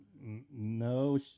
no